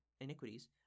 iniquities